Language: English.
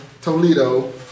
Toledo